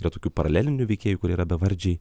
yra tokių paralelinių veikėjų kurie yra bevardžiai